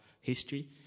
history